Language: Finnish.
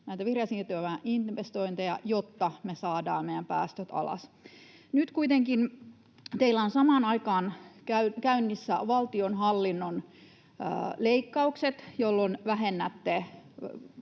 näitä vihreän siirtymän investointeja, jotta me saadaan meidän päästöt alas. Nyt kun kuitenkin teillä on samaan aikaan käynnissä valtionhallinnon leikkaukset, jolloin vähennätte